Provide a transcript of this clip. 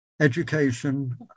education